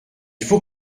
faut